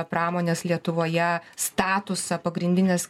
pramonės lietuvoje statusą pagrindines